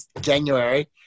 January